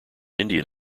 indian